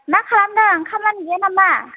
मा खालामदों खामानि गैया नामा